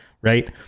right